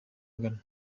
angana